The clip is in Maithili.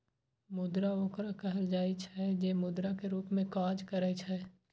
मुद्रा ओकरा कहल जाइ छै, जे मुद्रा के रूप मे काज करै छै